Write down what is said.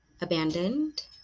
abandoned